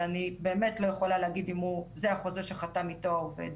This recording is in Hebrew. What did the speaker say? שאני באמת לא יכולה להגיד אם זה החוזה שחתם עליו העובד.